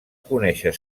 conèixer